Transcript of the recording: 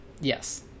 yes